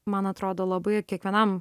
man atrodo labai kiekvienam